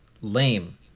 lame